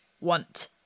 want